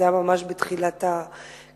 זה היה ממש בתחילת הכהונה,